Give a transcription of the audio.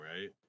right